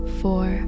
four